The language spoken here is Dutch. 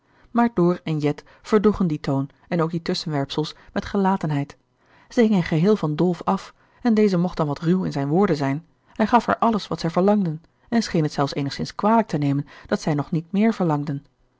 maar door en jet verdroegen dien toon en ook die tusschenwerpsels met gelatenheid zij hingen geheel van dolf af en deze mocht dan wat ruw in zijne woorden zijn hij gaf haar alles wat zij verlangden en scheen het zelfs eenigzins kwalijk te nemen dat zij nog niet meer verlangden